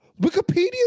Wikipedia